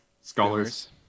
scholars